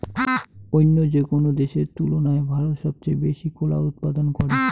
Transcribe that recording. অইন্য যেকোনো দেশের তুলনায় ভারত সবচেয়ে বেশি কলা উৎপাদন করে